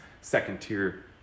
second-tier